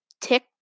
tick